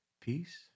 Peace